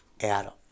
Adam